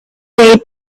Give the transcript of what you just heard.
made